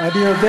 לא למד.